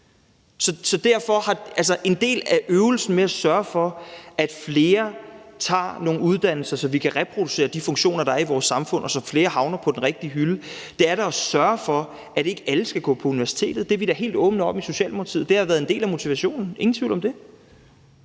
en del af øvelsen med at sørge for, at flere tager nogle uddannelser, så vi kan reproducere de funktioner, der er i vores samfund, og så flere havner på den rigtige hylde, er da at sørge for, at ikke alle skal gå på universitetet. Det er vi da helt åbne om i Socialdemokratiet. Det har været en del af motivationen, ingen tvivl om det.